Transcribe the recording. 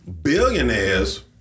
billionaires